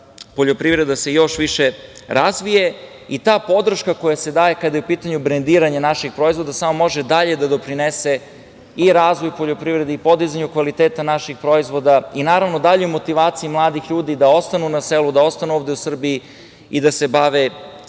se poljoprivreda još više razvije. Ta podrška koja se daje kada je u pitanju brendiranje naših proizvoda samo može dalje da doprinese i razvoju poljoprivrede i podizanju kvaliteta naših proizvoda i naravno daljoj motivaciji mladih ljudi da ostanu na selu, da ostanu ovde u Srbiji i da se bave